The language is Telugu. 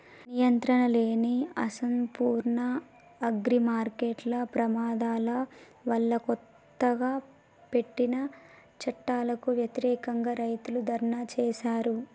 నియంత్రణలేని, అసంపూర్ణ అగ్రిమార్కెట్ల ప్రమాదాల వల్లకొత్తగా పెట్టిన చట్టాలకు వ్యతిరేకంగా, రైతులు ధర్నా చేశారు